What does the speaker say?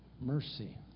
mercy